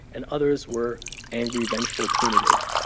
and others were angry, vengeful, punitive,